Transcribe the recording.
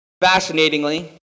Fascinatingly